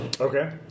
Okay